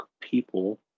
people